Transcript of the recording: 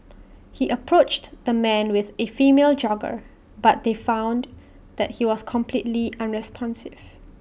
he approached the man with A female jogger but they found that he was completely unresponsive